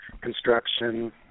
construction